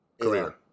career